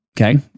Okay